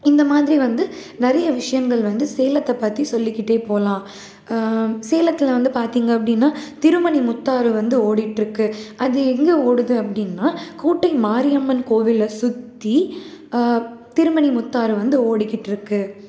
இந்த மாதிரி வந்து நிறையா விஷயங்கள் வந்து சேலத்தை பற்றி சொல்லிகிட்டு போகலாம் சேலத்தில் வந்து பார்த்திங்க அப்படின்னா திருமணி முத்தாறு வந்து ஓடிகிட்டு இருக்குது அது எங்கே ஓடுது அப்படின்னா கோட்டை மாரியம்மன் கோயிலை சுற்றி திருமணி முத்தாறு வந்து ஓடிகிட்டு இருக்குது